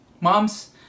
moms